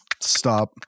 Stop